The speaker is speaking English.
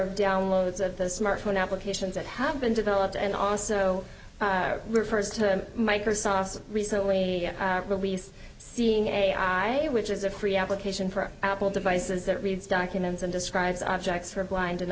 of downloads of the smart phone applications that have been developed and also refers to microsoft's recently released seeing ai which is a free application for apple devices that reads documents and describes objects for blind an